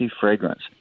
fragrance